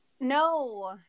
No